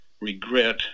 regret